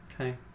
okay